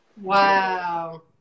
Wow